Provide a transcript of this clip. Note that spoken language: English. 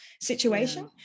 situation